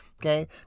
Okay